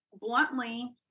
bluntly